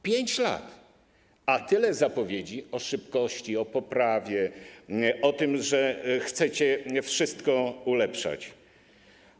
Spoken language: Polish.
5 lat, a tyle zapowiedzi o szybkości, o poprawie, o tym, że chcecie wszystko ulepszać.